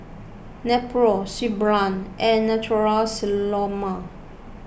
Nepro Suu Balm and Natura Stoma